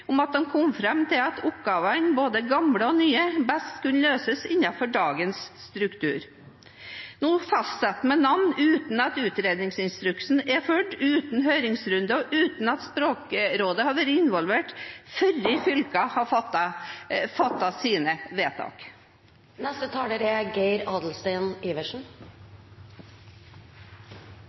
om at de kom fram til at oppgavene, både gamle og nye, best kunne løses innenfor dagens struktur. Nå fastsetter man navn uten at utredningsinstruksen er fulgt, uten høringsrunde og uten at Språkrådet har vært involvert, og før fylkene har fattet sine vedtak. Egentlig trenger jeg ikke si så mye, det meste er